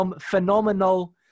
phenomenal